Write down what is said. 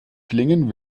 klingen